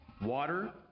water